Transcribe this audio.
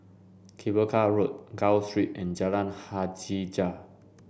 Cable Car Road Gul Street and Jalan Hajijah